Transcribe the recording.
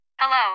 Hello